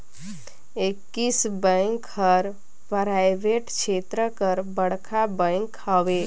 axis bank हर private छेत्र कर बड़खा बेंक हवे